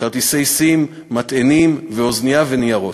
כרטיסי SIM, מטענים, אוזנייה וניירות.